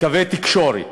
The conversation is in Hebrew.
קווי תקשורת,